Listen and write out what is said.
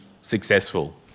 successful